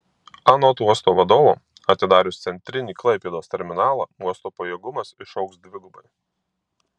anot uosto vadovo atidarius centrinį klaipėdos terminalą uosto pajėgumas išaugs dvigubai